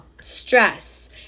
stress